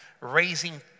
Raising